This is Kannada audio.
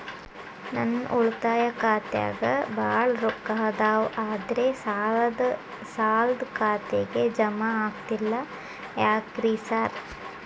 ನನ್ ಉಳಿತಾಯ ಖಾತ್ಯಾಗ ಬಾಳ್ ರೊಕ್ಕಾ ಅದಾವ ಆದ್ರೆ ಸಾಲ್ದ ಖಾತೆಗೆ ಜಮಾ ಆಗ್ತಿಲ್ಲ ಯಾಕ್ರೇ ಸಾರ್?